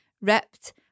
ripped